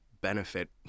benefit